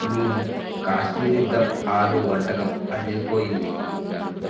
మీ కాశ్మీరీ దమ్ ఆలూ వంటకం అదిరిపోయింది